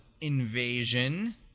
invasion